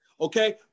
Okay